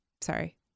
Sorry